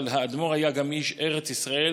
אבל האדמו"ר היה גם איש ארץ ישראל